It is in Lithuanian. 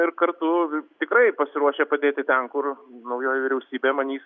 ir kartu tikrai pasiruošę padėti ten kur naujoji vyriausybė manys